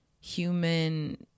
human